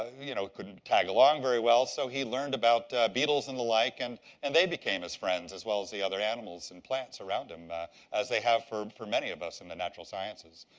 you know couldn't tag along very well. so he learned about beetles and the like. and and they became his friends as well as the other animals and plants around him as they have for for many of us in the natural sciences.